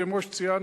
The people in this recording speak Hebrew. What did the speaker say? כמו שציינת,